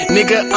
Nigga